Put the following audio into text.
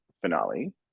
finale